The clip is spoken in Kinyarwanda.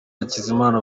hakizimana